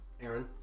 Aaron